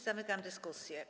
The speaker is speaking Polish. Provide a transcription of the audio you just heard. Zamykam dyskusję.